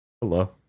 hello